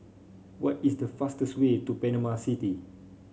what is the fastest way to Panama City